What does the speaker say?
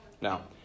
Now